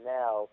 now